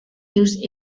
use